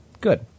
Good